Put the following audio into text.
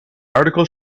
article